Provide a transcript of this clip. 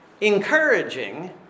encouraging